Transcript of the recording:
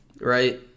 right